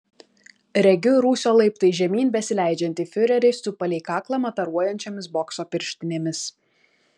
regiu rūsio laiptais žemyn besileidžiantį fiurerį su palei kaklą mataruojančiomis bokso pirštinėmis